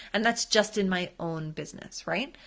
and that's just in my own business, right?